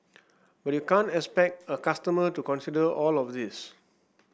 but you can't expect a customer to consider all of this